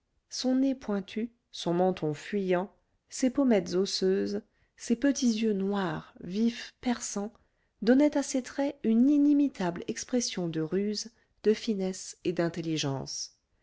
son nez pointu son menton fuyant ses pommettes osseuses ses petits yeux noirs vifs perçants donnaient à ses traits une inimitable expression de ruse de finesse et d'intelligence